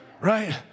right